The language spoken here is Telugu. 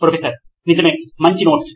ప్రొఫెసర్ నిజమే మంచి నోట్స్